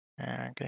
Okay